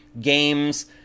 games